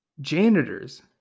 janitors